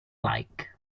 like